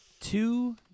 Two